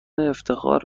افتخار